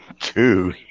Two